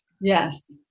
Yes